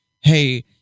hey